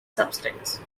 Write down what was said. substance